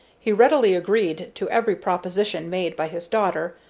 he readily agreed to every proposition made by his daughter,